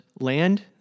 land